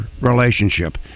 relationship